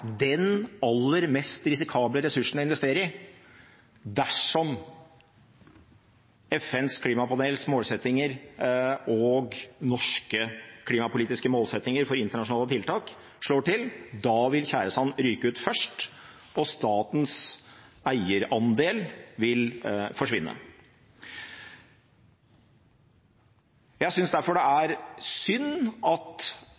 den aller mest risikable ressursen å investere i. Dersom FNs klimapanels målsettinger og norske klimapolitiske målsettinger for internasjonale tiltak slår til, vil tjæresand ryke ut først, og statens eierandel vil forsvinne. Jeg synes derfor det er synd at